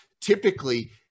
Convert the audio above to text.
typically